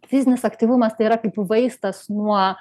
fizinis aktyvumas tai yra kaip vaistas nuo